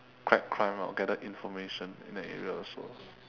crack crime or gather information in that area also